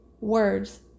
words